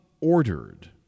ordered